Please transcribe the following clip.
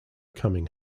coming